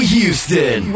Houston